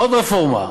עוד רפורמה: